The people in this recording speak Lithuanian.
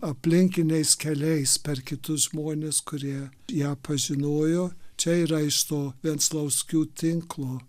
aplinkiniais keliais per kitus žmones kurie ją pažinojo čia yra iš to venclauskių tinklo